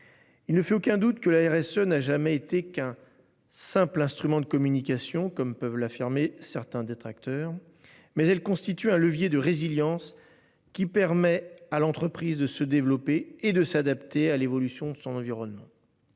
Il ne fait aucun doute que la RSE n'a jamais été qu'un simple instrument de communication comme peuvent l'affirmer certains détracteurs mais elle constitue un levier de résilience qui permet à l'entreprise de se développer et de s'adapter à l'évolution de son environnement.